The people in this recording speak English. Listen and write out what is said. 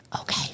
Okay